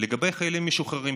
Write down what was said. לגבי חיילים משוחררים,